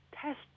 test